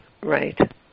Right